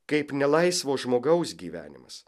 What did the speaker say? kaip nelaisvo žmogaus gyvenimas